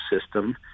system